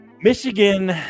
michigan